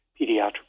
pediatric